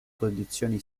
condizioni